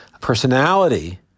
personality